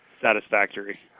satisfactory